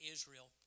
Israel